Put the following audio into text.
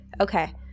Okay